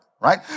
right